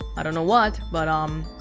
i don't know what, but um.